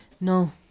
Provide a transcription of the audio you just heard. no